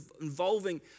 involving